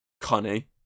Connie